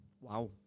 Wow